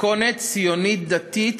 מתכונת ציונית דתית,